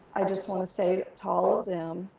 i just want to say to to all of them,